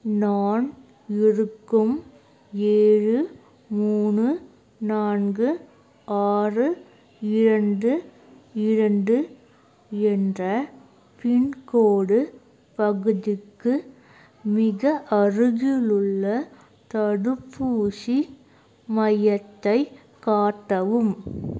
நான் இருக்கும் ஏழு மூணு நான்கு ஆறு இரண்டு இரண்டு என்ற பின்கோடு பகுதிக்கு மிக அருகிலுள்ள தடுப்பூசி மையத்தை காட்டவும்